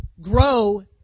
grow